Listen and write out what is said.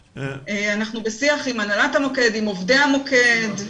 אנחנו בשיח עם הנהלת המוקד ועם עובדי המוקד.